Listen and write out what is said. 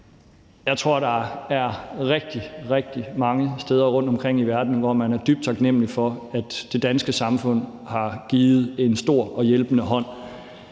Jeg tror, der er rigtig, rigtig mange steder rundtomkring i verden, hvor man er dybt taknemmelig for, at det danske samfund har givet en stor og hjælpende hånd.